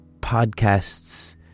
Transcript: podcasts